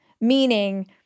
meaning